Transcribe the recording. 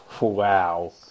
Wow